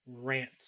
rant